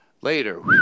Later